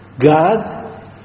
God